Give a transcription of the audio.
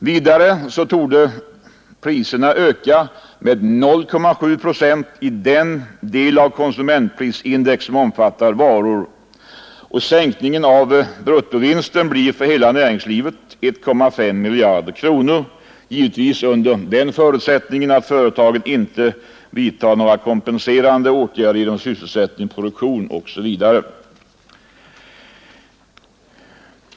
Vidare torde priserna öka med 0,7 procent i den del av konsumentprisindex som omfattar varor, och sänkningen av bruttovinsten blir för hela näringslivet 1,5 miljarder, givetvis under förutsättningen att företagen inte vidtar kompenserande åtgärder genom sysselsättning, produktion etc.